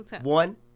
One